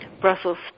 Brussels